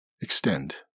extend